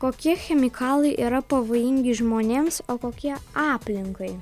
kokie chemikalai yra pavojingi žmonėms o kokie aplinkai